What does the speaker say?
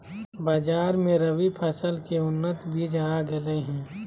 बाजार मे रबी फसल के उन्नत बीज आ गेलय हें